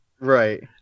Right